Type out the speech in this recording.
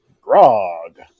Grog